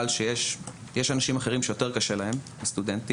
שיש אנשים אחרים שיותר קשה להם מהסטודנטים,